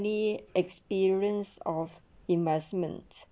~ny experience of investment